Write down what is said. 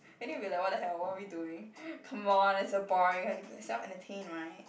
I think we are like !what the hell! what are we doing come on it's so boring have to self entertain [right]